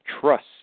trust